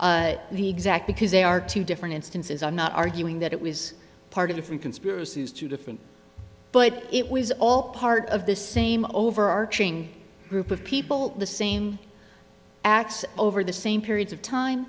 even the exact because they are two different instances i'm not arguing that it was part of different conspiracies to different but it was all part of the same overarching group of people the same acts over the same periods of time